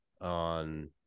on